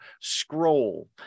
scroll